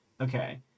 Okay